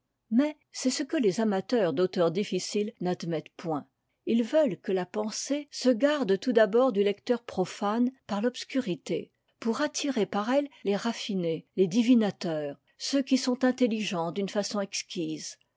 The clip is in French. mais c'est ce que les amateurs d'auteurs difficiles n'admettent point ils veulent que la pensée se garde tout d'abord du lecteur profane par l'obscurité pour attirer par elle les raffinés les divinateurs ceux qui sont intelligents d'une façon exquise